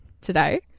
today